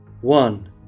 one